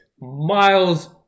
miles